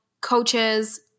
coaches